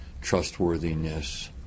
trustworthiness